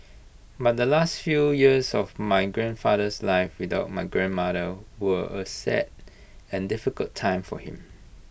but the last few years of my grandfather's life without my grandmother were A sad and difficult time for him